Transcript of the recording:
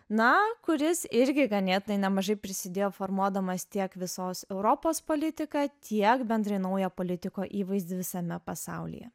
na kuris irgi ganėtinai nemažai prisidėjo formuodamas tiek visos europos politiką tiek bendrai naujo politiko įvaizdį visame pasaulyje